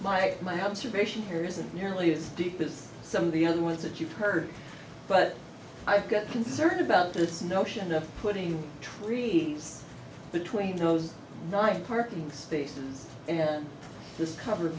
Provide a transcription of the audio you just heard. like my observation here isn't nearly as deep as some of the other ones that you've heard but i've got concerns about this notion of putting treat between those nice parking spaces and this covered